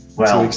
well,